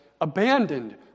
abandoned